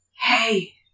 Hey